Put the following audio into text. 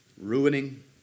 ruining